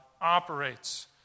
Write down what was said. operates